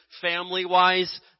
Family-wise